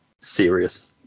serious